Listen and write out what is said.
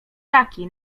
ptaki